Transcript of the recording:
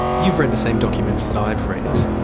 you've read the same documents that i've read,